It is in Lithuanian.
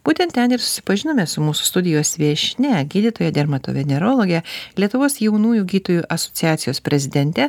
būtent ten ir susipažinome su mūsų studijos viešnia gydytoja dermatovenerologe lietuvos jaunųjų gytojų asociacijos prezidente